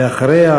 ואחריה,